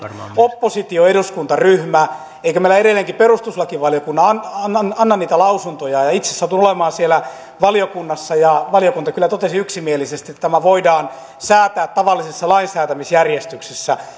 oppositioeduskuntaryhmä eikö meillä edelleenkin perustuslakivaliokunta anna anna niitä lausuntoja itse satun olemaan siellä valiokunnassa ja valiokunta kyllä totesi yksimielisesti että tämä voidaan säätää tavallisessa lainsäätämisjärjestyksessä